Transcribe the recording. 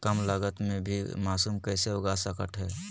कम लगत मे भी मासूम कैसे उगा स्केट है?